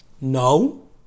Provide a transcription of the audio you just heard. No